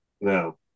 no